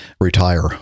retire